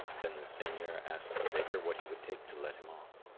then the seigneur asked the baker what he would take to let him off.